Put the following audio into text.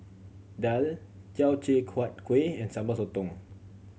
daal Teochew Huat Kuih and Sambal Sotong